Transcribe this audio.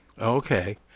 Okay